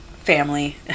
family